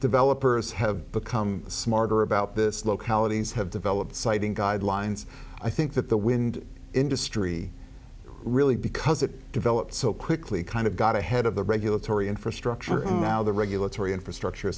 developers have become smarter about this localities have developed citing guidelines i think that the wind industry really because it developed so quickly kind of got ahead of the regulatory infrastructure and now the regulatory infrastructure